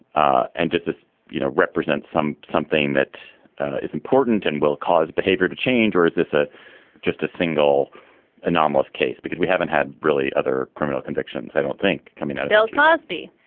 ah and does this you know represent some something that is important and will cause behavior to change or is this a just a single anomalous case because we haven't had really other criminal convictions? i don't think coming out bill cosby,